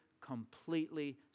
completely